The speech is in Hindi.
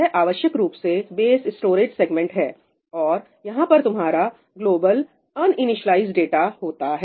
यह आवश्यक रूप से बेस स्टोरेज सेगमेंट है और यहां पर तुम्हारा ग्लोबल अंइनिस्लाइजड डाटा होता है